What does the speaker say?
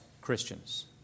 Christians